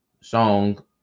Song